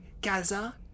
Gaza